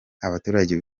abaturage